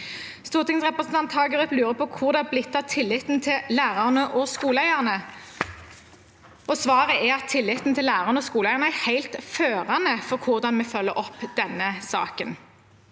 Stortingsrepresentanten Hagerup lurer på hvor det har blitt av tilliten til lærerne og skoleeierne, og svaret er at tilliten til lærerne og skoleeierne er helt førende for hvordan vi følger opp denne saken.